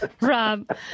Rob